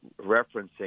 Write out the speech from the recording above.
referencing